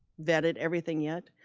vetted everything yet,